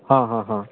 हां हां हां